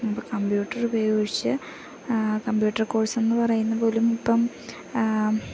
ഇപ്പം കമ്പ്യൂട്ടറ് ഉപയോഗിച്ചു കമ്പ്യൂട്ടർ കോഴ്സെന്നു പറയുന്നത് പോലും ഇപ്പം